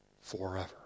forever